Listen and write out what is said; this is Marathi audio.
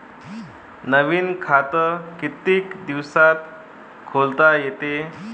नवीन खात कितीक दिसात खोलता येते?